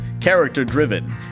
character-driven